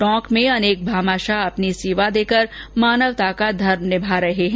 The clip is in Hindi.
टोंक में अनेक भामाशाह अपनी सेवा देकर मानवता का धर्म निभा रहे हैं